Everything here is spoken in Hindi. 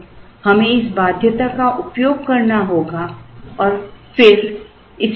तो हमें इस बाध्यता का उपयोग करना होगा और फिर इसे फिर से हल करना होगा